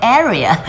area